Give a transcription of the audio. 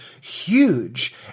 huge